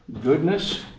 goodness